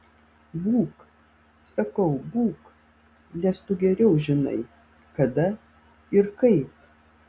būk sakau būk nes tu geriau žinai kada ir kaip